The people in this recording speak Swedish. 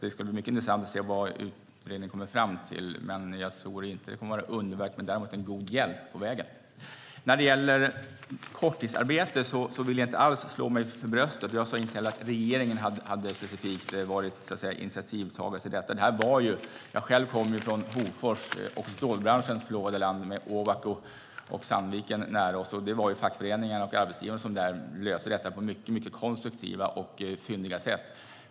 Det ska bli mycket intressant att se vad utredningen kommer fram till. Jag tror inte att det blir underverk men däremot en god hjälp på vägen. När det gäller korttidsarbete vill jag inte alls slå mig för bröstet. Jag sade inte heller att regeringen specifikt hade varit initiativtagare till detta. Jag kommer själv från Hofors och stålbranschens förlovade land med Ovako, och Sandviken är nära oss, och det var fackföreningarna och arbetsgivarna som löste detta på ett mycket konstruktivt och fyndigt sätt.